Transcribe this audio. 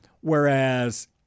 Whereas